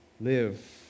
Live